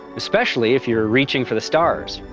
especially if you're reaching for the stars.